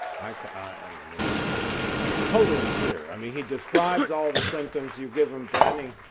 i mean it's it's totally clear. i mean he describes all of the sentence you give him, danny,